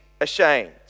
ashamed